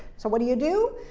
so what do you do?